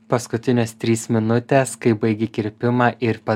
paskutinės trys minutės kai baigi kirpimą ir pa